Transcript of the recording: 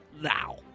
now